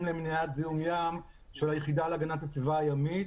למניעת זיהום ים של היחידה להגנת הסביבה הימית,